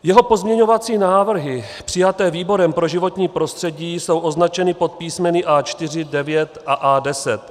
Jeho pozměňovací návrhy přijaté výborem pro životní prostředí jsou označeny pod písmeny A4, A9 a A10.